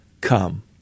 come